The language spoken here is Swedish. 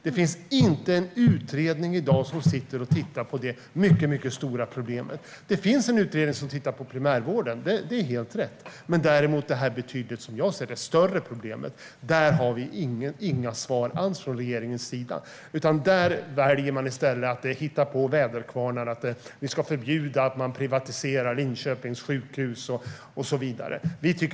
Det finns inte någon utredning i dag som tittar på det mycket stora problemet. Det finns en utredning som tittar på primärvården. Det är helt rätt. Men när det gäller det här, som jag ser det, betydligt större problemet har vi inga svar alls från regeringen. Man väljer i stället att hitta på väderkvarnar och att förbjuda privatisering av Linköpings sjukhus och så vidare.